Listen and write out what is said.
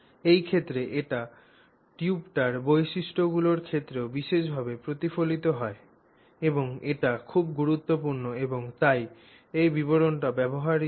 এই ক্ষেত্রে এটি টিউবটির বৈশিষ্ট্যগুলির ক্ষেত্রেও বিশেষভাবে প্রতিফলিত হয় এবং এটি খুব গুরুত্বপূর্ণ এবং তাই এই বিবরণটি ব্যবহৃত হয়